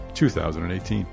2018